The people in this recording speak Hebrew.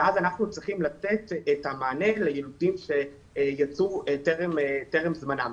ואז אנחנו צריכים לתת מענה ליילודים שיצאו טרם זמנם.